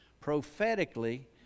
prophetically